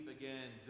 again